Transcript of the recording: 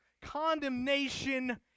condemnation